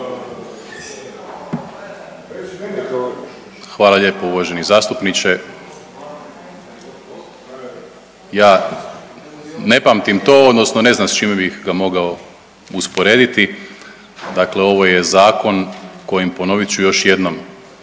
Hvala lijepo uvaženi zastupniče. Ja ne pamtim to, odnosno ne znam s čime bih ga mogao usporediti. Dakle, ovo je zakon kojim ponovit ću još jednom